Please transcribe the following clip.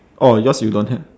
orh yours you don't have